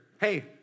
hey